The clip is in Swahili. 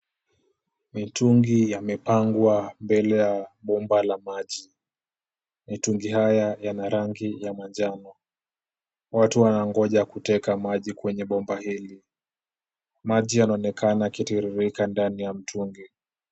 Mitungi yamepangwa mbele ya bomba la maji. Mitungi haya yana rangi ya manjano. Watu wanangoja kuteka maji kwenye bomba hili. Maji yanaonekana yakitiririka ndani ya mtungi.